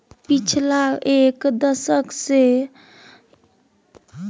पछिला एक दशक सँ यील्ड केँ बित्त बजार मे सक्रिय रहैत छै